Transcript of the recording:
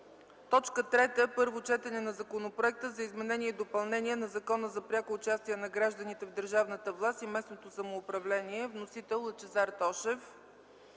г. 3. Първо четене на Законопроекта за изменение и допълнение на Закона за пряко участие на гражданите в държавната власт и местното самоуправление. Вносител – Лъчезар Тошев.